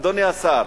אדוני השר,